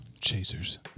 chasers